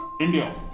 India